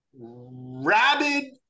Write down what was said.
rabid